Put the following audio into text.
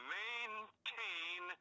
maintain